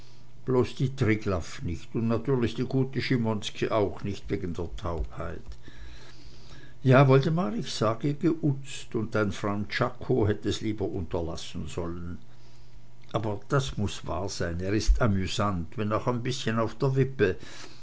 bloß die triglaff nicht und natürlich die gute schimonski auch nicht wegen der taubheit ja woldemar ich sage geuzt und dein freund czako hätt es lieber unterlassen sollen aber das muß wahr sein er ist amüsant wenn auch ein bißchen auf der wippe